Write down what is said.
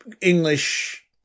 English